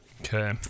okay